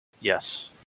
Yes